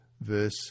verse